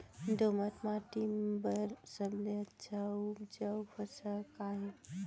दोमट माटी बर सबले अच्छा अऊ उपजाऊ फसल का हे?